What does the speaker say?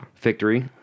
Victory